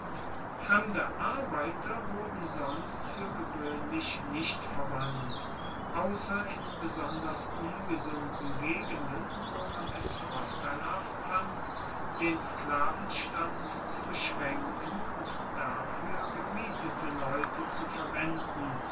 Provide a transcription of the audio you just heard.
fremde arbeiter wurden sonst fuer gewoehnlich nicht verwandt ausser in besonders ungesunden gegenden wo man es vorteilhaft fand den sklavenstand zu beschraenken und dafuer gemietete leute zu verwenden